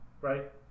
right